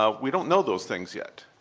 ah we don't know those things yet.